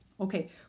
Okay